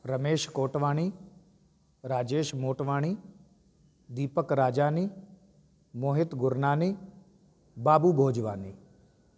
Ramesh Kotwani Rajesh Motwani Deepak Rajani Mohit Gurnani Babu Bhojwani